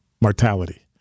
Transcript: mortality